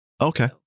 Okay